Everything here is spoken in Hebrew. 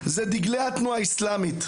זה דגלי התנועה האיסלאמית.